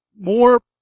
more